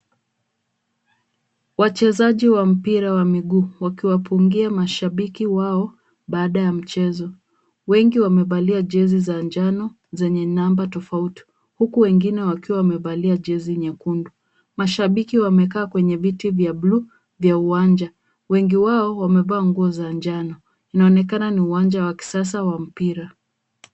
Wachezaji wa mpira wa miguu wakiwapungia mashabiki wao baada ya mchezo. Wengi wamevalia jezi za jano zenye namba tofauti huku wengine wakiwa wamevalia jezi nyekundu. Mashabiki wamekaa kwenye viti vya blue vya uwanja. Wengi wao wamevaa nguo za jano. Inaonekana ni uwanja wa kisasa wa mpira.